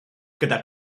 gyda